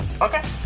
Okay